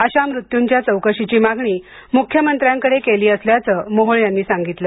अशा मृत्युंच्या चौकशीची मागणी मुख्यमंत्र्यांकडे केल्याचं मोहोळे यांनी सांगितलं